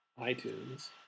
iTunes